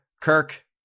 kirk